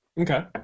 Okay